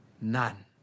none